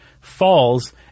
falls